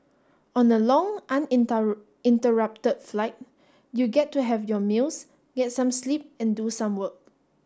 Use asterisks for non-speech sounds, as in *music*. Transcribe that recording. on a long *unintelligible* flight you get to have your meals get some sleep and do some work